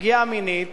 פגיעה מינית